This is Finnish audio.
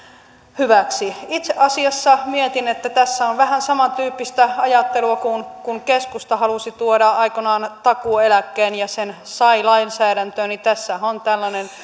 hyväksi itse asiassa mietin että tässä on vähän samantyyppistä ajattelua kuin silloin kun keskusta halusi tuoda aikoinaan takuueläkkeen ja sen sai lainsäädäntöön tässähän on tällainen